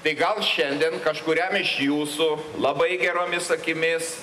tai gal šiandien kažkuriam iš jūsų labai geromis akimis